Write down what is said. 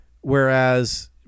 whereas